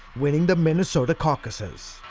winning the minnesota caucuses.